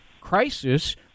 crisis